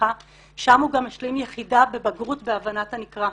שם הוא גם השלים יחידה בבגרות בהבנת הנקרא.